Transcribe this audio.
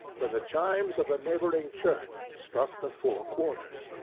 when the chimes of a neighbouring church struck the four quarters.